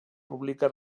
publica